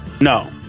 No